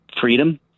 freedom –